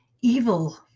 Evil